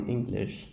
English